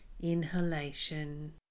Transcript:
inhalation